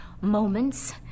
moments